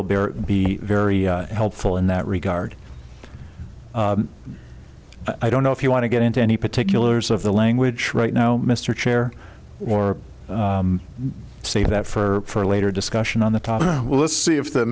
will bear be very helpful in that regard i don't know if you want to get into any particulars of the language right now mr chair or save that for later discussion on the topic we'll let's see if the